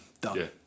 Done